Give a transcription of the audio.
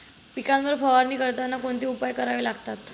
पिकांवर फवारणी करताना कोणते उपाय करावे लागतात?